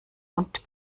und